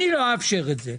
ואני לא אאפשר את זה.